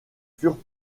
furent